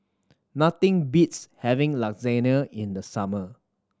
nothing beats having Lasagne in the summer